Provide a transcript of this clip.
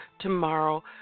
tomorrow